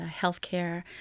Healthcare